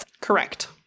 Correct